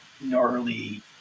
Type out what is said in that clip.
gnarly